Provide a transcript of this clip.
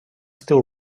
still